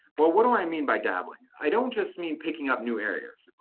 well what do i mean by dabbling? i don't just mean picking up new areas.